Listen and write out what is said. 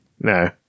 No